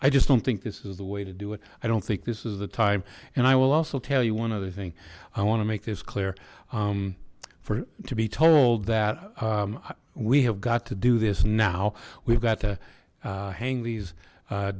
i just don't think this is the way to do it i don't think this is the time and i will also tell you one other thing i want to make this clear for to be told that we have got to do this now we've got to hang these